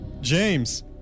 James